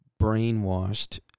brainwashed